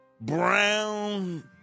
Brown